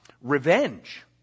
revenge